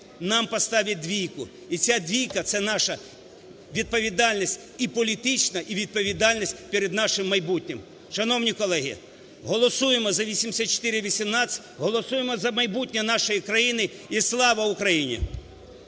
нам поставлять двійку, і ця двійка – це наша відповідальність і політична, і відповідальність перед нашим майбутнім. Шановні колеги, голосуємо за 8418, голосуємо за майбутнє нашої країни. І слава Україні!